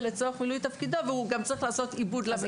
לצורך מילוי תפקידו והוא גם צריך לעשות עיבוד למידע.